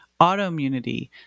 autoimmunity